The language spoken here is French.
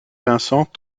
vincent